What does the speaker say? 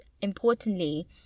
importantly